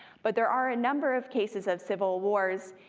but there are a number of cases of civil wars,